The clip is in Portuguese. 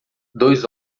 dois